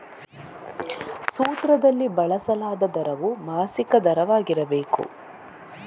ಸೂತ್ರದಲ್ಲಿ ಬಳಸಲಾದ ದರವು ಮಾಸಿಕ ದರವಾಗಿರಬೇಕು